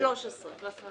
ב-13 בנובמבר.